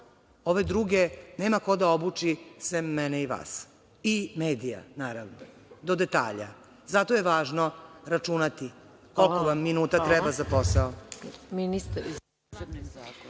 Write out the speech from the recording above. ove druge nema ko da obuči sem mene i vas i medija, naravno, do detalja. Zato je važno računati koliko vam minuta treba za posao.